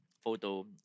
photo